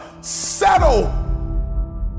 settle